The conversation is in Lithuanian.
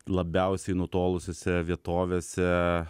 labiausiai nutolusiose vietovėse